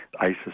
ISIS